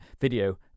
video